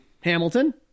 Hamilton